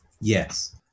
Yes